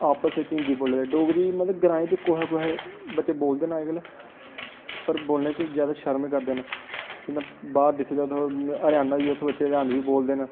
आपस च हिंदी बोलदे डोगरी मतलब ग्राएं च कुतै कुतै बच्चे बोलदे न अजकल पर बोलने च जैदा शर्म करदे न बाह्र दिक्खेआ जा उत्थै हरियाना होई गेआ उत्थूं दे बच्चे हरियानवी बोलदे न